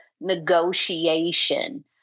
negotiation